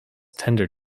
tender